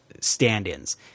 stand-ins